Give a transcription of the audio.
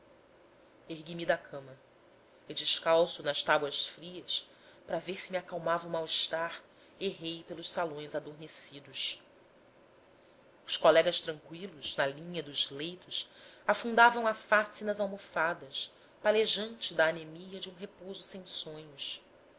desforra ergui-me da cama e descalço nas tábuas frias para ver se me acalmava o mal-estar errei pelos salões adormecidos os colegas tranqüilos na linha dos leitos afundavam a face nas almofadas palejante da anemia de um repouso sem sonhos